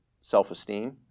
self-esteem